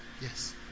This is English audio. Yes